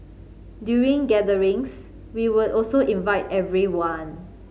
during gatherings we would also invite everyone